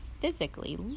physically